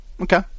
Okay